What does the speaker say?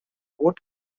vote